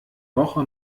woche